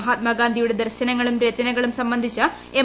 മഹാത്മാഗാന്ധിയുടെ ദർശനങ്ങളും രചനകളും സംബന്ധിച്ച് എം